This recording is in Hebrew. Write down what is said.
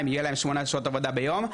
יהיו להם שמונה שעות עבודה ביום.